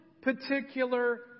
particular